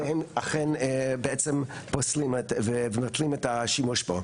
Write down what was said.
והם אכן מבטלים את השימוש בו.